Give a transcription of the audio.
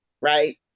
right